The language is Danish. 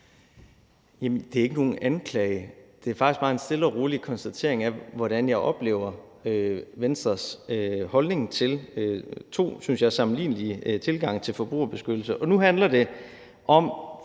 det er ikke nogen anklage. Det er faktisk bare en stille og rolig konstatering af, hvordan jeg oplever Venstres holdning til – synes jeg – to sammenlignelige tilgange til forbrugerbeskyttelse.